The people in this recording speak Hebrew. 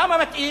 למה מתאים?